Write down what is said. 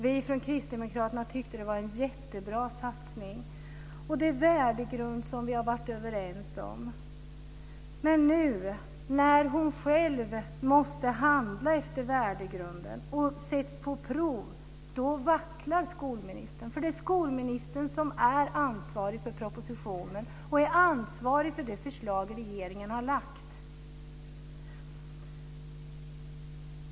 Vi från Kristdemokraterna tyckte att det var en jättebra satsning, den värdegrund som vi har varit överens om. Men nu när hon själv måste handla efter värdegrunden och sätts på prov vacklar skolministern. Det är skolministern som är ansvarig för propositionen och är ansvarig för det förslag som regeringen har lagt fram.